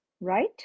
right